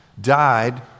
died